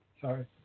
Sorry